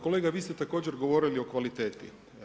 Kolega, vi ste također govorili o kvaliteti.